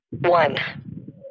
One